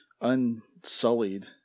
unsullied